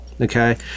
okay